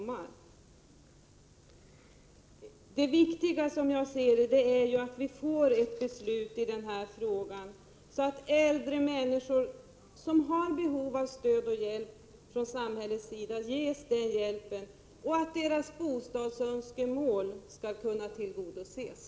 Det viktiga, som jag ser det, är att vi får ett beslut i denna fråga, så att äldre människor som har behov av stöd och hjälp från samhällets sida ges den hjälpen och att deras bostadsönskemål skall kunna tillgodoses.